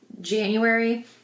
January